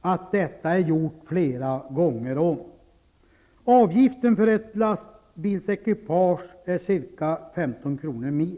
att det är finansierat flera gånger om. Avgiften för ett lastbilsekipage är ca 15 kr. per mil.